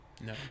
no